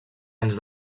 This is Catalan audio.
anys